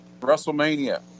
WrestleMania